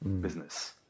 business